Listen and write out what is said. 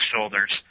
shoulders